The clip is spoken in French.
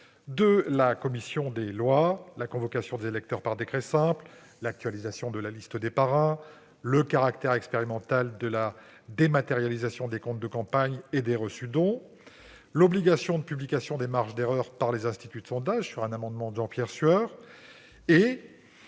de la commission des lois : la convocation des électeurs par décret simple, l'actualisation de la liste des parrains, le caractère expérimental de la dématérialisation des comptes de campagne et des « reçus-dons », l'obligation de publication des marges d'erreur par les instituts de sondage- après l'adoption d'un amendement de Jean-Pierre Sueur -,